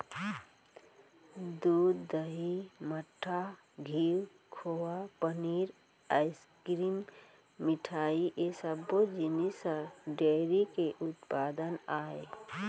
दूद, दही, मठा, घींव, खोवा, पनीर, आइसकिरिम, मिठई ए सब्बो जिनिस ह डेयरी के उत्पादन आय